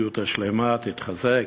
בריאות שלמה, תתחזק.